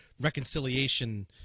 reconciliation